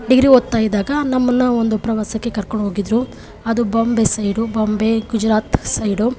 degree ಓದ್ತಾಯಿದ್ದಾಗ ನಮ್ಮನ್ನು ಒಂದು ಪ್ರವಾಸಕ್ಕೆ ಕರ್ಕೊಂಡು ಹೋಗಿದ್ರು ಅದು ಬಾಂಬೆ ಸೈಡು ಬಾಂಬೆ ಗುಜರಾತ್ ಸೈಡು